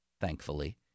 thankfully